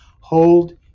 hold